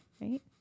right